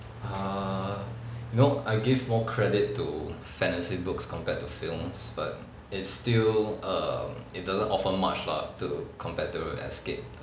err no I give more credit to fantasy books compared to films but it's still um it doesn't offer much lah to compared to an escape